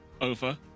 over